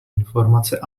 informace